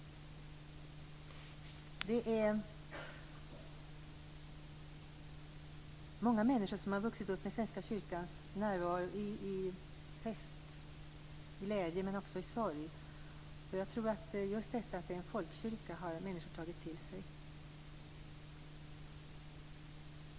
Det är många människor som har vuxit upp med Svenska kyrkans närvaro i fest, i glädje men också i sorg. Just detta att det är en folkkyrka har människor tagit till sig.